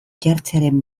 jartzearen